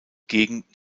gegend